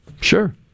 Sure